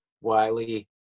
Wiley